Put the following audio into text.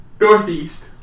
northeast